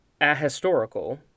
ahistorical